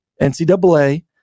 NCAA